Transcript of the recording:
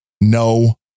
no